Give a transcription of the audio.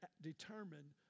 determined